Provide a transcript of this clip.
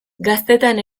gaztetan